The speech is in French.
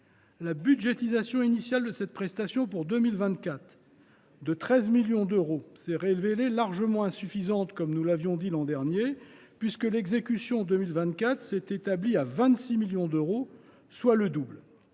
La budgétisation initiale de cette prestation pour 2024, fixée à 13 millions d’euros, s’est révélée largement insuffisante, comme nous le prévoyions l’an dernier, puisque l’exécution de 2024 s’est établie à 26 millions d’euros, soit le double.